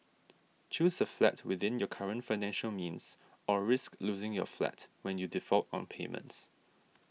choose a flat within your current financial means or risk losing your flat when you default on payments